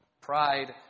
pride